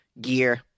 gear